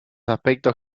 aspectos